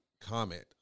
comment